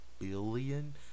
billion